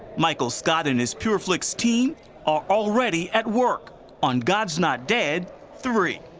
michael scott and his pureflix team are already at work on god's not dead three.